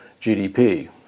GDP